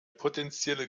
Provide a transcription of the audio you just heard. potenzielle